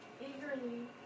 eagerly